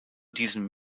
diesem